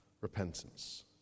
repentance